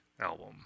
album